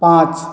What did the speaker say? पांच